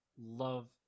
love